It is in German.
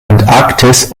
antarktis